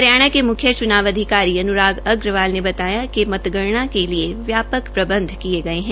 हरियाणा के मुख्य चनाव अधिकारी अन्राम अग्रवाल ने बताया है कि मतगणना के लिए व्यापक प्रबंध किये गये है